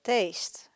Taste